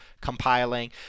compiling